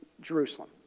Jerusalem